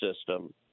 system